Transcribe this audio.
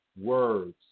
words